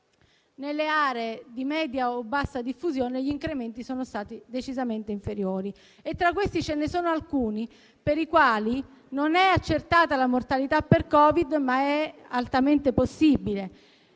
Nelle aree di media o bassa diffusione gli incrementi sono stati decisamente inferiori. Tra questi ce ne sono alcuni per i quali non è accertata la mortalità per Covid ma è altamente possibile